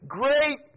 great